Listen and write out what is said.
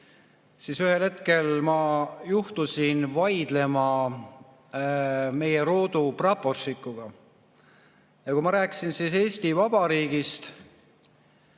siis ühel hetkel ma juhtusin vaidlema meie roodu praporštšikuga. Kui ma rääkisin Eesti Vabariigist